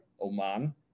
Oman